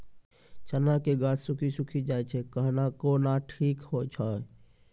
चना के गाछ सुखी सुखी जाए छै कहना को ना ठीक हो छै?